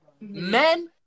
Men